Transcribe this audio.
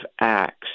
Acts